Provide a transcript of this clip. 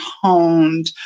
honed